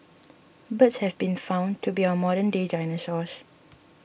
birds have been found to be our modern day dinosaurs